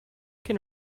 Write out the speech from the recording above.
can